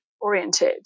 oriented